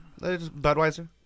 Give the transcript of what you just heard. Budweiser